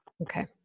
Okay